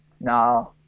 No